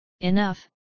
enough